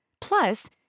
Plus